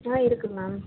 ஆ இருக்குது மேம்